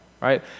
right